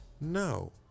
no